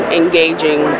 engaging